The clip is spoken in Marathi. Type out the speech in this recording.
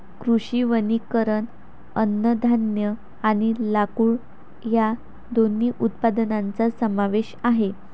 कृषी वनीकरण अन्नधान्य आणि लाकूड या दोन्ही उत्पादनांचा समावेश आहे